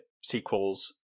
sequels